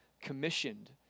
commissioned